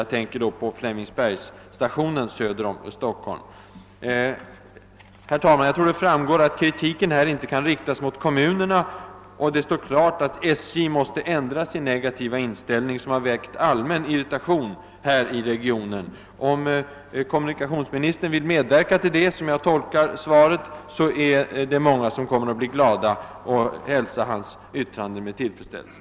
Jag tänker då på Flemingsbergsstationen söder om Stockholm. Herr talman! Jag tror det har framgått att kritiken inte kan riktas mot kommunerna. Det står klart att SJ måste ändra sin negativa inställning, som väckt allmän irritation här i regionen. Om kommunikationsministern vill medverka till detta— jag tolkar svaret så — är det många som kommer att bli glada och hälsa hans uttalanden i dag med tillfredsställelse.